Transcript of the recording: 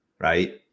Right